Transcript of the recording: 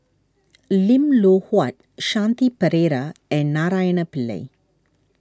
Lim Loh Huat Shanti Pereira and Naraina Pillai